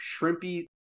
shrimpy